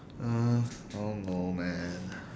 uh I don't know man